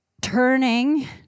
turning